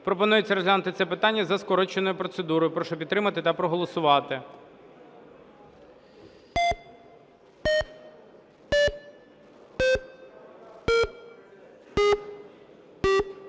Пропонується розглянути це питання за скороченою процедурою. Прошу підтримати та проголосувати.